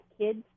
kids